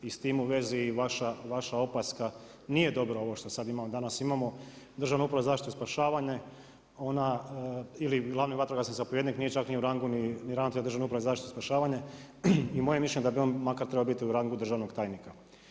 I s tim, u vezi vaša opaska, nije dobro ovo što sad danas imamo, Državna uprava za zaštitu i spašavanja ili glavni vatrogasni zapovjednik, nije čak ni u rangu ni ravnatelj Državna uprava za zaštitu i spašavanja i moje mišljenje je da bi on makar trebao biti u rangu državnog tajnika.